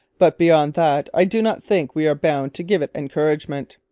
but beyond that i do not think we are bound to give it encouragement.